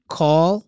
call